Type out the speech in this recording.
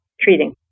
treating